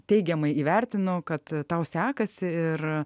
teigiamai įvertino kad tau sekasi ir